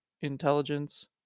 Intelligence